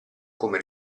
come